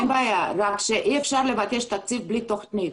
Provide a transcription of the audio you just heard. אין בעיה, רק שאי אפשר לבקש תקציב בלי תוכנית.